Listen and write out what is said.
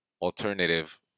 alternative